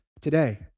today